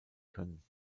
können